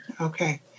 Okay